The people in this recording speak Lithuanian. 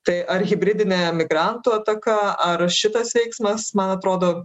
tai ar hibridine emigrantų ataka ar šitas veiksmas man atrodo